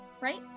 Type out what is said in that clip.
right